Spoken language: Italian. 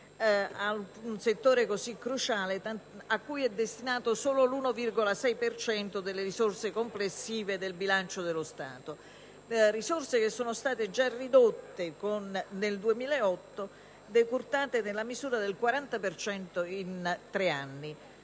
ad un settore così cruciale, cui è destinato solo l'1,6 per cento delle risorse complessive del bilancio dello Stato; risorse che sono state già ridotte nel 2008, decurtate nella misura del 40 per cento